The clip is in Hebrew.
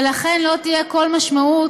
ולכן לא תהיה כל משמעות